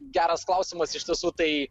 geras klausimas iš tiesų tai